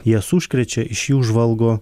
jas užkrečia iš jų žvalgo